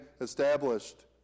established